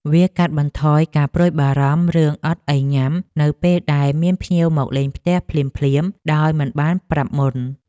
វាកាត់បន្ថយការព្រួយបារម្ភរឿងអត់អីញ៉ាំនៅពេលដែលមានភ្ញៀវមកលេងផ្ទះភ្លាមៗដោយមិនបានប្រាប់មុន។